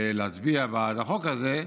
להצביע בעד החוק הזה,